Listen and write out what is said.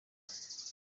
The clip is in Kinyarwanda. aha